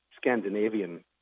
Scandinavian